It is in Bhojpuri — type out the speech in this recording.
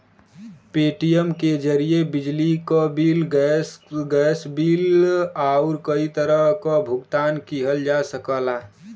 पेटीएम के जरिये बिजली क बिल, गैस बिल आउर कई तरह क भुगतान किहल जा सकला